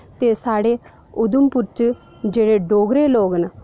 ते साढ़े उधमपुर च जेहड़े डोगरे लोक न